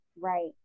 Right